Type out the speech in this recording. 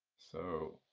so